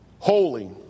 Holy